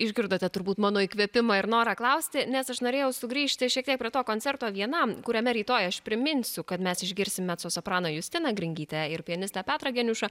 išgirdote turbūt mano įkvėpimą ir norą klausti nes aš norėjau sugrįžti šiek tiek prie to koncerto vienam kuriame rytoj aš priminsiu kad mes išgirsime mecosopraną justiną gringytę ir pianistą petrą geniušą